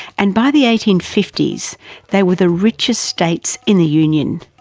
and by the eighteen fifty s they were the richest states in the union.